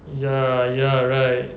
ya ya right